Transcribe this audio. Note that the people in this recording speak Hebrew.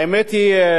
האמת היא,